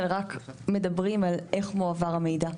אלא רק מדברים על איך מועבר המידע.